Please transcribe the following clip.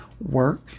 work